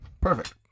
Perfect